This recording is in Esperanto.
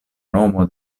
nomo